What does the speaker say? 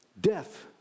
death